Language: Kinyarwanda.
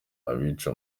abica